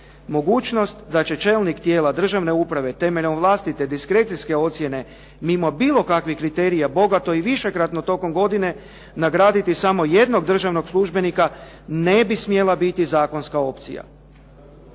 Mogućnost da će čelnik tijela državne uprave temeljem vlastite diskrecijske ocijene mimo bilo kakvih kriterija bogato i višekratno tokom godine nagraditi samo jednog državnog službenika ne bi smjela biti zakonska opcija.